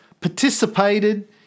participated